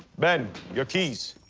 ben, your keys.